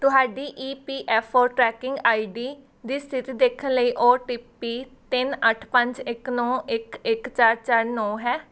ਤੁਹਾਡੀ E P F O tracking I D ਦੀ ਸਥਿਤੀ ਦੇਖਣ ਲਈ ਓ ਟੀ ਪੀ ਤਿੰਨ ਅੱਠ ਪੰਜ ਇੱਕ ਨੌਂ ਇੱਕ ਇੱਕ ਚਾਰ ਚਾਰ ਨੌਂ ਹੈ